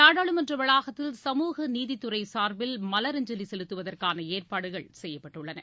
நாடாளுமன்ற வளாகத்தில் சமூக நீதித்துறை சார்பில் மலரஞ்சலி செலுத்துவதற்கான ஏற்பாடுகள் செய்யப்பட்டுள்ளன